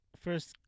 first